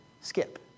skip